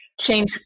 change